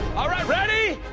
all right, ready?